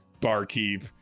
barkeep